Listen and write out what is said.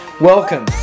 Welcome